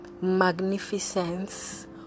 magnificence